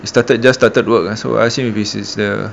we started just started work ah so I assume we will sees the